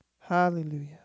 Hallelujah